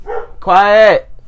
quiet